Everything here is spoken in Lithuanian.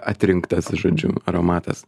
atrinktas žodžiu aromatas